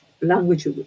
language